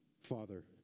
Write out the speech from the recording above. Father